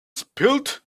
spilled